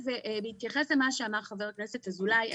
בהתייחס למה שאמר חבר הכנסת אזולאי,